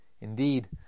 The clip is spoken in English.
Indeed